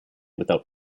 without